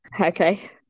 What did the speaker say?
Okay